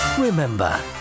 remember